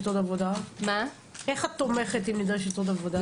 אז איך את תומכת אם נדרשת עוד עבודה?